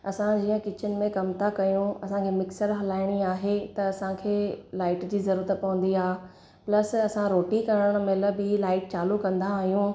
असां हीअं किचन में कमु था कयूं असांखे मिक्सर हलाइणी आहे त असांखे लाइट जी ज़रूरत पवंदी आहे प्लस असां रोटी करणु महिल बि लाइट चालू कंदा आहियूं